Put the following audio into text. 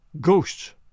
Ghosts